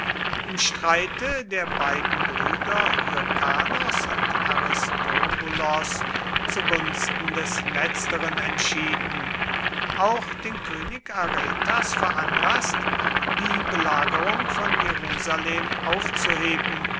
im streite der beiden brüder hyrkanos und aristobulos zu gunsten des letzteren entschieden auch den könig aretas veranlaßt die belagerung von jerusalem aufzuheben